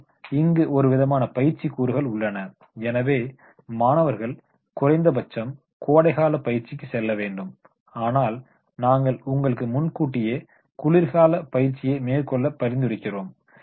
மேலும் இங்கு ஒருவிதமான பயிற்சி கூறுகள் உள்ளன எனவே மாணவர்கள் குறைந்தபட்சம் கோடைகால பயிற்சிக்கு செல்ல வேண்டும் ஆனால் நாங்கள் உங்களுக்கு முன்கூட்டியே குளிர்கால பயிற்சியை மேற்கொள்ள பரிந்துரைக்கிறோம்